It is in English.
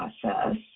process